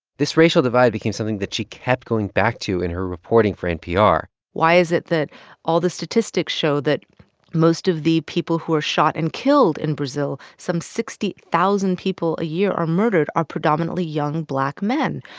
this racial divide became something that she kept going back to in her reporting for npr why is it that all the statistics show that most of the people who are shot and killed in brazil some sixty thousand people a year are murdered are predominately young, black men?